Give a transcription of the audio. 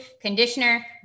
conditioner